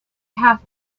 have